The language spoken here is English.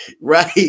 Right